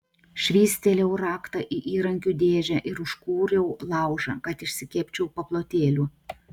švystelėjau raktą į įrankių dėžę ir užkūriau laužą kad išsikepčiau paplotėlių